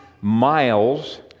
miles